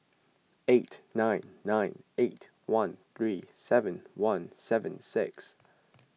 eight nine nine eight one three seven one seven six